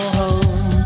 home